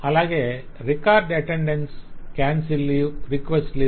అలాగే record attendance cancel leave request leave